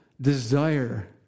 desire